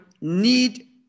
need